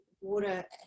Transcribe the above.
water